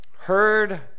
heard